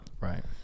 Right